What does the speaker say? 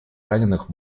раненых